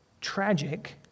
tragic